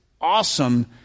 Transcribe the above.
awesome